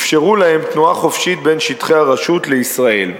אפשרו להם תנועה חופשית בין שטחי הרשות לישראל,